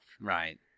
Right